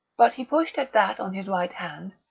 but he pushed at that on his right hand,